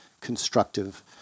constructive